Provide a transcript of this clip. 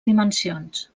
dimensions